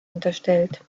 unterstellt